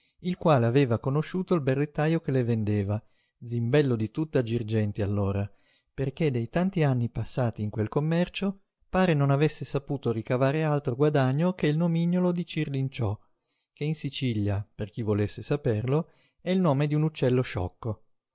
il quale aveva conosciuto il berrettajo che le vendeva zimbello di tutta girgenti allora perché dei tanti anni passati in quel commercio pare non avesse saputo ricavare altro guadagno che il nomignolo di cirlinciò che in sicilia per chi volesse saperlo è il nome di un uccello sciocco